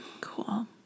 Cool